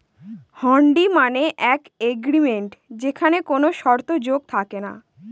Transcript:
হুন্ডি মানে এক এগ্রিমেন্ট যেখানে কোনো শর্ত যোগ থাকে না